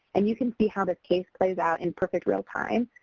and you can see how the case plays out in perfect real time.